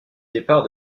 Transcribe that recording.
départ